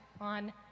on